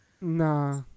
Nah